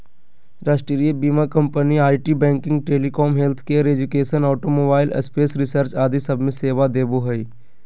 राष्ट्रीय बीमा company IT, banking, telecom, healthcare, education, automobile, space research आदि सब मे सेवा देवो हय